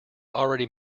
already